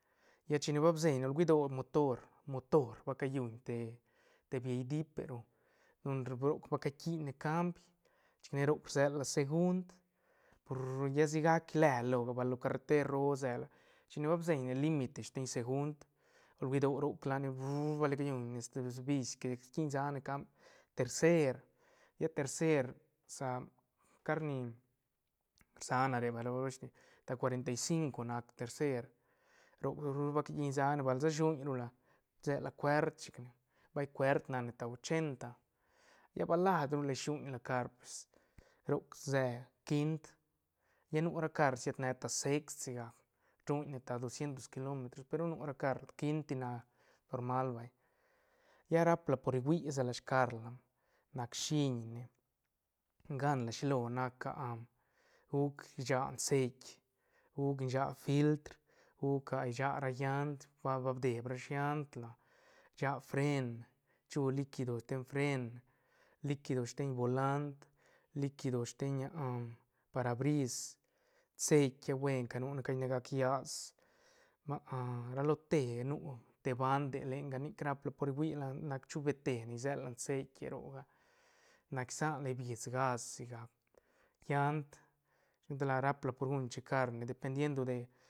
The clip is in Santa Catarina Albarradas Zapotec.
Lla chine ba bsieñ ne hueni do motor- motor ba ca lluñ te- te biei dip pe ru don roc ba caquiñ ne cambi chic ne roc rse la segund lla sigac ilela loga val lo carreter roo se la shine ba biseñ ne limite steñ segund hueni do roc la ne ba li calluñ este pues bis que rquin sac ne cambi tercer lla tercer sa car ni rsa na re ba loshte ta cuarenta y cinco nac tercer roc va callun sac ne bal se shuñ lura isela cuert chic ne vay cuert nac ne ta ochenta lla bal las rula shuñla car pues roc se quint lla nu ra car siet ne ta sext sigac rshuñ ne ta docientos kilometros pe ru nu ra car quint ti nac normal vay lla rap la por hui sa la scar la nac shiñne gan la shilo nac guc shia ceit guc shia filtr guc a shia llant ba- ba bdied ra shi llant la shia fren chu liquido sten fren liquido sten bolant liquido sten parabris ceit la buen ca nune caine gac llas ra lo te nu te band de lenga nic rap la por huila nac chubetene isela ceit roga nac isan la bis gas si gac llant shi lo gan tal la rap la por guñla checarne depen diendo de.